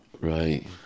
right